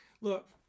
Look